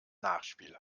nachspiel